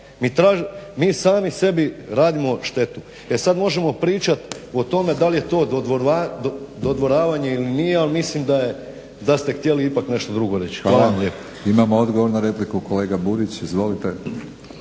Mi sami sebi radimo štetu. E sad možemo pričati o tome da li je to dodvoravanje ili nije ali mislim da ste htjeli nešto drugo reći. **Batinić, Milorad (HNS)** Imamo odgovor na repliku, kolega Burić izvolite.